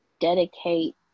dedicate